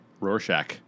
Rorschach